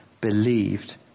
believed